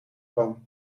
kwam